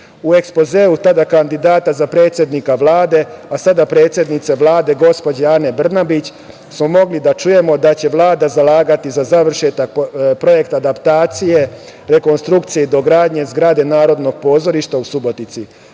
U ekspozeu tada kandidata za predsednika Vlade, a sada predsednice Vlade gospođe Ane Brnabić smo mogli da čujemo da će se Vlada zalagati za završetak projekta adaptacije, rekonstrukcije i dogradnje zgrade Narodnog pozorišta u Subotici.